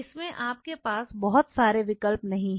इसमें आपके पास बहुत सारे विकल्प नहीं है